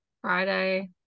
Friday